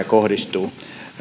kohdistuu häirintää